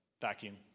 vacuum